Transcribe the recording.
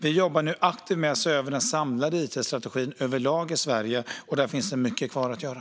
Vi jobbar nu aktivt med att se över den samlade it-strategin i Sverige. Där finns det mycket kvar att göra.